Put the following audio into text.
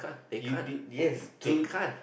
you'll be yes to